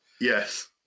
Yes